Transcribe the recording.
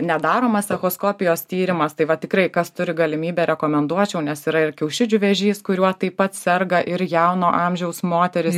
nedaromas echoskopijos tyrimas tai va tikrai kas turi galimybę rekomenduočiau nes yra ir kiaušidžių vėžys kuriuo taip pat serga ir jauno amžiaus moterys